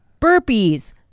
Burpees